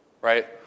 Right